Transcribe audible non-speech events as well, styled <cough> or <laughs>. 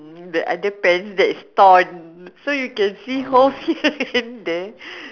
the underpants that's torn so you can see whole <laughs> there